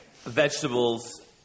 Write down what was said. Vegetables